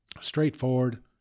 straightforward